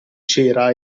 cera